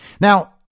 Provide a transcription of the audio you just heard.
Now